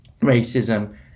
racism